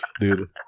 Dude